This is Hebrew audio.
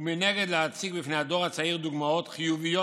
ומנגד להציג בפני הדור הצעיר דוגמאות חיוביות